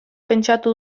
pentsatu